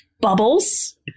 Bubbles